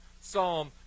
Psalm